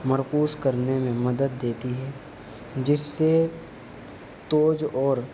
مرکوز کرنے میں مدد دیتی ہے جس سے توجہ اور